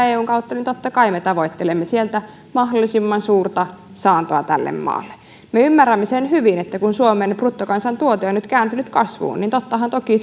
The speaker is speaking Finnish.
eun kautta niin totta kai me tavoittelemme sieltä mahdollisimman suurta saantoa tälle maalle me ymmärrämme hyvin sen että kun suomen bruttokansantuote on nyt kääntynyt kasvuun niin tottahan toki